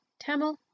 Tamil